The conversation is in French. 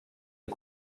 les